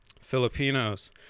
Filipinos